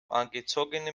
angezogene